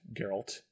Geralt